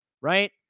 right